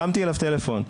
הרמתי אליו טלפון,